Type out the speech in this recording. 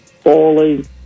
falling